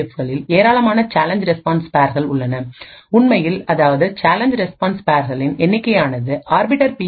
எஃப்களில்ஏராளமான challenge response பேர்ஸ்கள் உள்ளன உண்மையில் அதாவது சேலஞ்ச் ரெஸ்பான்ஸ் பேர்ஸ்களின் எண்ணிக்கை ஆனது ஆர்பிட்டர் பி